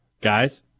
Guys